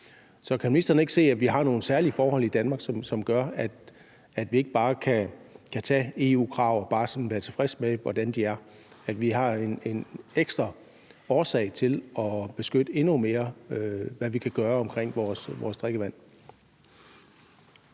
Så kan ministeren ikke se, at vi har nogle særlige forhold i Danmark, som gør, at vi ikke bare kan tage EU-krav og være tilfredse med, hvordan de er, og at vi har en ekstra årsag til at se på, hvad vi kan gøre for at beskytte vores grundvand